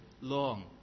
long